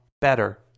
better